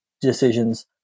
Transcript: decisions